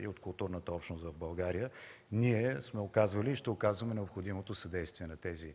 и от културната общност в България. Ние сме оказвали и ще оказваме необходимото съдействие на тези